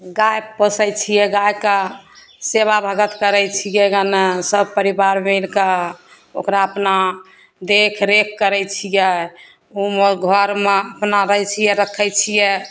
गाय पोसय छियै गायके सेवा भगत करय छियै गाना सब परिवार मिलकऽ ओकरा अपना देखरेख करय छियै ओइमे घरमे अपना भैंसी अर रखय छियै